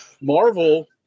marvel